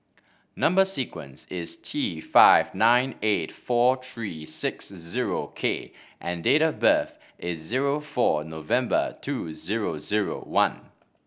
number sequence is T five nine eight four three six zero K and date of birth is zero four November two zero zero one